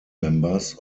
members